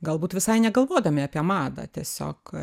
galbūt visai negalvodami apie madą tiesiog